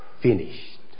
finished